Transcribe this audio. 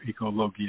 ecologia